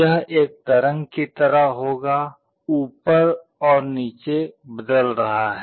यह एक तरंग की तरह होगा ऊपर और नीचे बदल रहा है